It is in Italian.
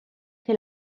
che